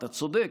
אתה צודק,